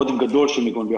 בעודף גדול של מיגון.